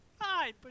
hi